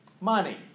money